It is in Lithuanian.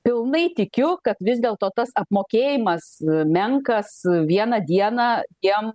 pilnai tikiu kad vis dėl to tas apmokėjimas menkas vieną dieną jiem